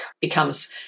becomes